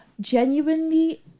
genuinely